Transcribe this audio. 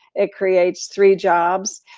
it creates three jobs.